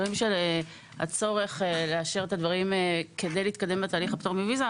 של הצורך לאשר את הדברים כדי להתקדם בתהליך הפטור מוויזה,